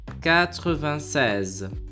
quatre-vingt-seize